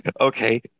okay